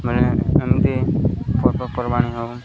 ମାନେ ଏମିତି ପବପର୍ବାଣୀ ହଉ